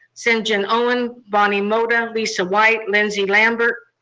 sinjin owen, bonnie mota, lisa white, lindsay lampert,